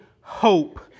hope